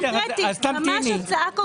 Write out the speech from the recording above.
ממש הצעה קונקרטית.